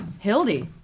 Hildy